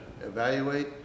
evaluate